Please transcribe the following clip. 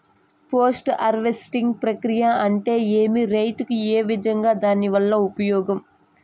Post harvesting ప్రక్రియ అంటే ఏమి? రైతుకు ఏ విధంగా దాని వల్ల ఉపయోగం?